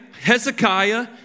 Hezekiah